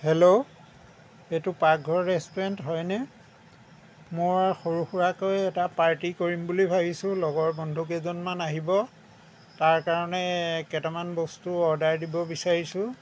hello এইটো পাকঘৰ restaurant হয়নে মই সৰু সুৰাকৈ এটা পাৰ্টি কৰিম বুলি ভাবিছোঁ লগৰ বন্ধুকেইজনমান আহিব তাৰকাৰণে কেইটামান বস্তু অৰ্ডাৰ দিব বিচাৰিছোঁ